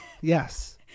yes